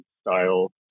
style